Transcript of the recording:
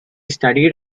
studied